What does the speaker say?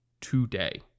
today